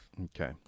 Okay